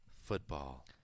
Football